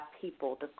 people